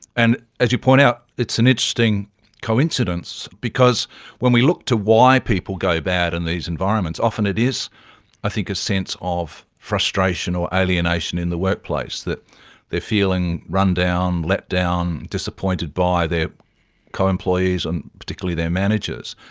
and as you point out, it's an interesting coincidence because when we look to why people go bad in these environments, often it is i think a sense of frustration or alienation in the workplace, that they are feeling run down, let down, disappointed by their co-employees and particularly their managers,